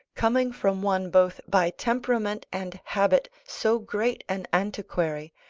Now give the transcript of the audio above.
coming from one both by temperament and habit so great an antiquary,